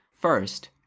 First